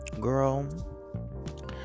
Girl